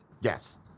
Yes